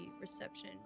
reception